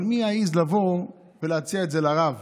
אבל מי יעז לבוא ולהציע את זה לרב?